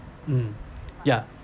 um ya